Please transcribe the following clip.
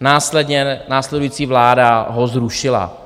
Následně ho následující vláda zrušila.